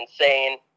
insane